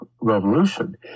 revolution